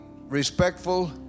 respectful